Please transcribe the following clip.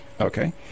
okay